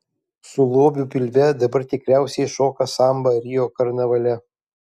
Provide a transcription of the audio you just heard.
su lobiu pilve dabar tikriausiai šoka sambą rio karnavale